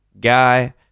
guy